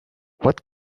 what